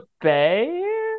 Bay